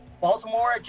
Baltimore